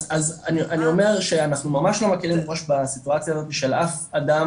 אז אני אומר שאנחנו ממש לא מכירים בסיטואציה הזאתי של אף אדם